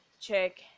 check